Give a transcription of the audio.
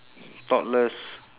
thoughtless